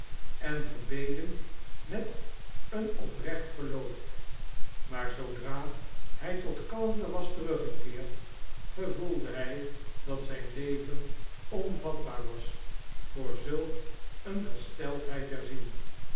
en gebeden met een oprecht geloof maar zoodra hij tot kalmte was teruggekeerd gevoelde hij dat zijn leven onvatbaar was voor zulk een gesteldheid der ziel